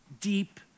Deep